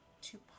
two